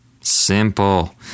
Simple